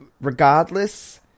Regardless